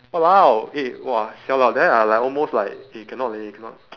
!walao! eh !wah! !siala! then I like almost like eh cannot leh cannot